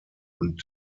und